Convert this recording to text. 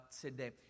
today